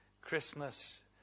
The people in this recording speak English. Christmas